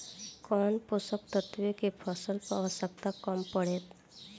कौन पोषक तत्व के फसल पर आवशयक्ता कम पड़ता?